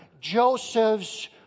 Joseph's